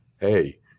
hey